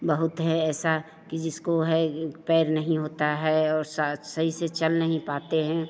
बहुत है ऐसा कि जिसको है यह पैर नहीं होता है और सही से चल नहीं पाते हैं